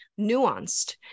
nuanced